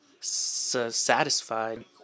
satisfied